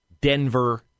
Denver